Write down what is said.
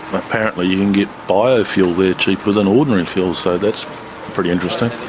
apparently you can get biofuel there cheaper than ordinary fuel, so that's pretty interesting.